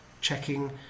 checking